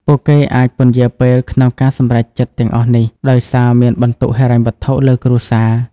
ពួកគេអាចពន្យារពេលក្នុងការសម្រេចចិត្តទាំងអស់នេះ ដោយសារមានបន្ទុកហិរញ្ញវត្ថុលើគ្រួសារ។